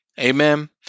Amen